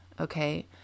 okay